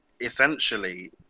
essentially